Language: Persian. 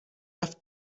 رفت